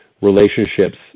relationships